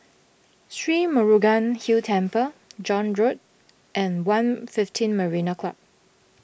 Sri Murugan Hill Temple John Road and one fifteen Marina Club